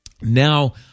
Now